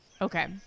Okay